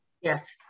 yes